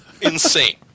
Insane